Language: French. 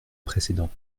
précédents